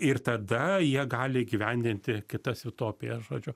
ir tada jie gali įgyvendinti kitas utopijas žodžiu